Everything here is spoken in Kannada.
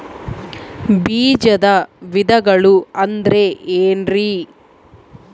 ಬೇಜದ ವಿಧಗಳು ಅಂದ್ರೆ ಏನ್ರಿ?